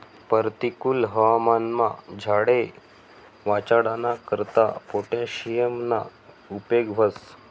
परतिकुल हवामानमा झाडे वाचाडाना करता पोटॅशियमना उपेग व्हस